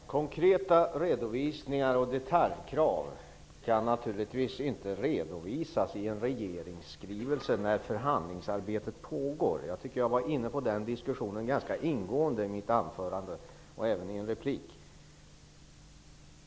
Herr talman! Konkreta redovisningar och detaljkrav kan naturligtvis inte lämnas i en regeringsskrivelse när förhandlingsarbetet pågår. Jag tog upp den diskussionen ganska ingående i mitt anförande och i en replik.